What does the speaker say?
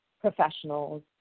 professionals